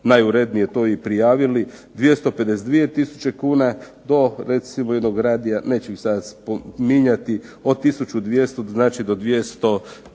najurednije to i prijavili 252000 kn do recimo jednog radija, neću ih sad spominjati od 1200 znači do 200000